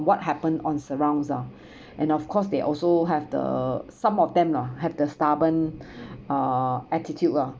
what happens on around us ah and of course they also have the some of them lah have the stubborn uh attitude lah